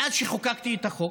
מאז שחוקקתי את החוק,